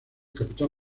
capitán